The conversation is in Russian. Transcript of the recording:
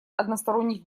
односторонних